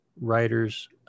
writers